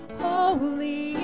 holy